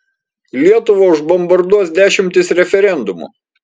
lietuvą užbombarduos dešimtys referendumų